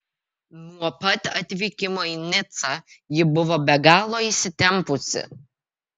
nuo pat atvykimo į nicą ji buvo be galo įsitempusi